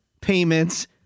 payments